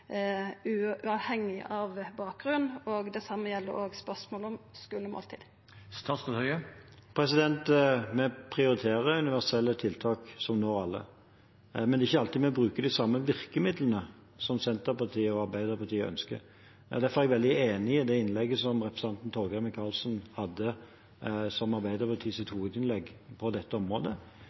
uavhengig av bakgrunn? Det same gjeld òg spørsmålet om skulemåltid. Vi prioriterer universelle tiltak som når alle, men det er ikke alltid vi bruker de samme virkemidlene som Senterpartiet og Arbeiderpartiet ønsker. Derfor er jeg veldig enig i det innlegget som representanten Torgeir Micaelsen holdt som Arbeiderpartiets hovedinnlegg på dette området.